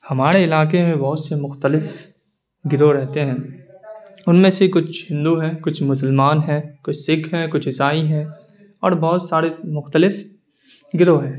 ہمارے علاقے میں بہت سے مختلف گروہ رہتے ہیں ان میں سے کچھ ہندو ہیں کچھ مسلمان ہیں کچھ سکھ ہیں کچھ عیسائی ہیں اور بہت سارے مختلف گروہ ہیں